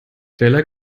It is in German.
derlei